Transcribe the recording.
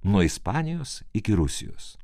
nuo ispanijos iki rusijos